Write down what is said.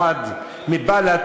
אחד מבל"ד,